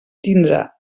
tindre